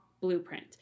blueprint